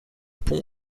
pont